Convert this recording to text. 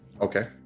Okay